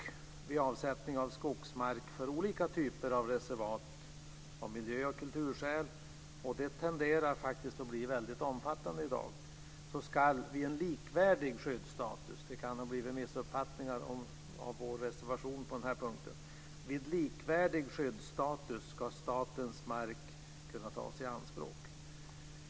Vid avsättning av skogsmark för olika typer av reservat av miljö och kulturskäl - det tenderar faktiskt att bli väldigt omfattande i dag - ska vid en likvärdig skyddsstatus, och det kan ha blivit missuppfattningar av vår reservation på den punkten, statens mark kunna tas i anspråk.